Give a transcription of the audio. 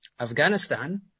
Afghanistan